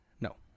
no